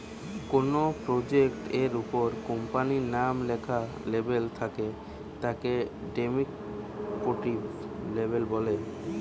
কোনো প্রোডাক্ট এর উপর কোম্পানির নাম লেখা লেবেল থাকে তাকে ডেস্ক্রিপটিভ লেবেল বলে